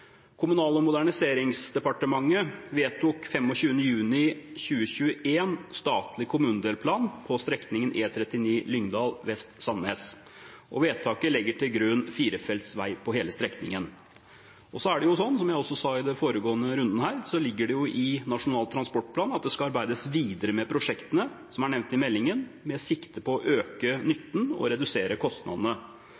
Kommunal- og moderniseringsdepartementet vedtok 25. juni 2021 statlig kommunedelplan på strekningen E39 Lyngdal vest–Sandnes. Vedtaket legger til grunn firefelts vei på hele strekningen. Som jeg også sa i den foregående runden her, ligger det i Nasjonal transportplan at det skal arbeides videre med prosjektene som er nevnt i meldingen, med sikte på å øke